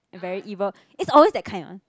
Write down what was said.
very evil it's always that kind ah